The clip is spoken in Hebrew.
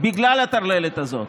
בגלל הטרללת הזאת,